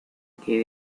que